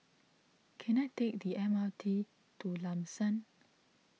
can I take the M R T to Lam San